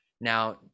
Now